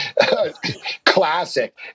Classic